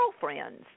girlfriends